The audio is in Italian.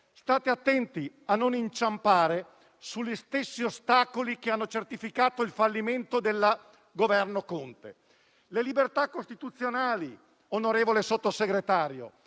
state attenti a non inciampare sugli stessi ostacoli che hanno certificato il fallimento del Governo Conte. Le libertà costituzionali, onorevole Sottosegretario,